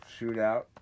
shootout